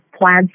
plaid